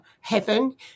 Heaven